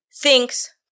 thinks